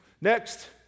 Next